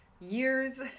years